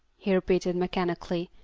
he repeated mechanically,